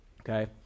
okay